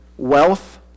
wealth